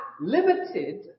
limited